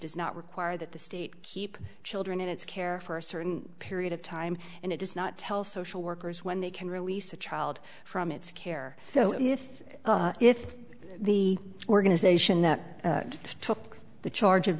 does not require that the state keep children in its care for a certain period of time and it does not tell social workers when they can release a child from its care so if the organization that took the charge of